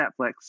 netflix